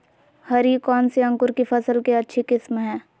हरी कौन सी अंकुर की फसल के अच्छी किस्म है?